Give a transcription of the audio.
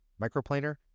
microplaner